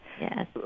Yes